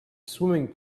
swimming